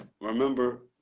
remember